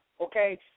okay